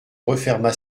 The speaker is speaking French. referma